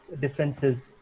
differences